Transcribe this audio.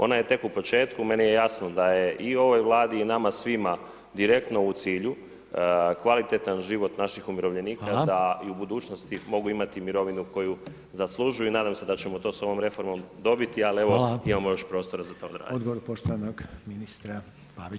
Ona je tek na početku, meni je jasno da je i ovoj Vladi i nama svima direktno u cilju kvalitetan život naših umirovljenika da i u budućnosti mogu imati mirovinu koju zaslužuju i nadam se da ćemo to su ovom reformom dobiti, ali evo, imamo još prostora za